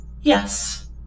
Yes